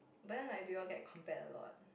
but then like do you all get compared a lot